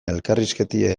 elkarrizketa